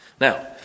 Now